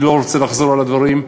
ואני לא רוצה לחזור על הדברים.